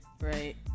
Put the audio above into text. right